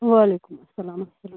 وعلیکُم السلام اَلسلام